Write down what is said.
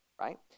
right